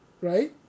Right